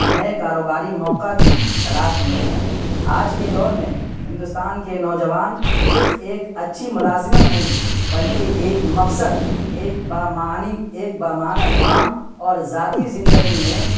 نئے کاروباری موقعہ کی تلاش میں ہیں آج کے دور میں ہندوستان کے نوجوان صرف ایک اچھی ملازمت نہیں بلکہ ایک مقصد ایک بامعنی ایک بامعنیٰ کام اور ذاتی زندگی میں